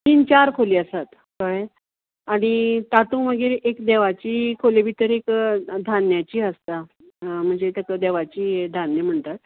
तीन चार खोली आसात कळ्ळे आनी तातूं मागीर एक देवाची खोली भितर एक धान्याची आसता म्हणजे तेका देवाची धान्य म्हणटात